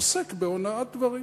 עוסק בהונאת דברים.